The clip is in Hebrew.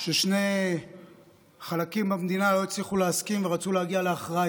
כששני חלקים במדינה לא הצליחו להסכים ורצו להגיע להכרעה,